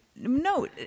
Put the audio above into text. No